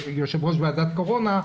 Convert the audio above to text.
יושבת-ראש ועדת הקורונה,